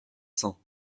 cents